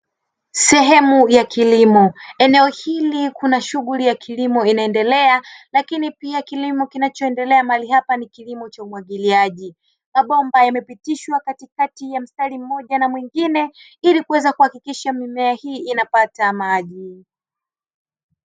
Sehemu ya kilimo, eneo hili kuna shughuli ya kilimo ina endelea lakini pia kilimo kinacho endelea mahali hapa ni kilimo cha umwagiliaji, mabomba yamepitishwa katikati ya mstari mmoja na mwingine ili kuweza kuhakikisha mimea hii inapata maji.